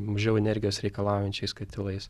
mažiau energijos reikalaujančiais katilais